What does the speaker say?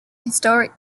historic